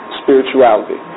spirituality